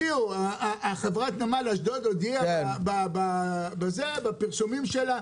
חברת נמל אשדוד הודיעה בפרסומים שלה